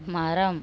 மரம்